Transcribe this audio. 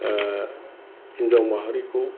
हिनजाव माहारिखौ